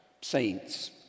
saints